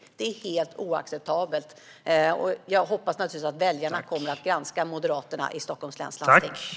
Detta är helt oacceptabelt, och jag hoppas naturligtvis att väljarna kommer att granska moderaterna i Stockholms läns landsting.